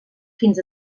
fins